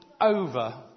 over